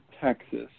Texas